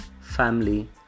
family